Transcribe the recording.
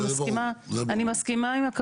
זה ברור.